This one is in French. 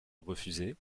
refuser